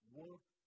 work